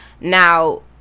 Now